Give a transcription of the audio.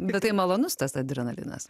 bet tai malonus tas adrenalinas